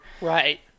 Right